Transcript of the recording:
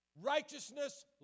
Righteousness